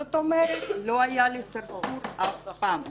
זאת אומרת לא הייתה לי סרסרות אף פעם.